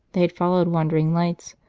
they had followed wandering lights,